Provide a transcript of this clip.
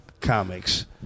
comics